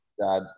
dad